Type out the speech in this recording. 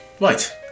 Right